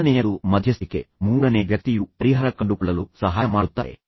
ಎರಡನೆಯದು ಮಧ್ಯಸ್ಥಿಕೆಯಾಗಿದ್ದು ಅಲ್ಲಿ ಮೂರನೇ ವ್ಯಕ್ತಿಯು ಪರಿಹಾರವನ್ನು ಕಂಡುಕೊಳ್ಳಲು ವ್ಯಕ್ತಿಗಳಿಗೆ ಸಹಾಯ ಮಾಡುತ್ತಾರೆ